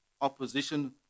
opposition